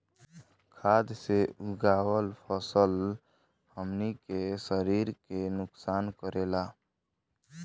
खाद्य से उगावल फसल हमनी के शरीर के नुकसान करेला